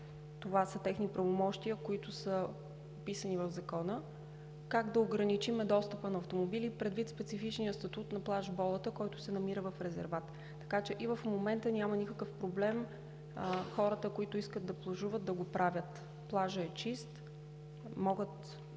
това са техни правомощия, които са вписани в Закона – да ограничим достъпа на автомобили, предвид специфичния статут на плаж „Болата“, който се намира в резервата. И в момента няма никакъв проблем хората, които искат да плажуват, да го правят. Плажът е чист, могат